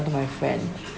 to my friend